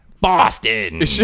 boston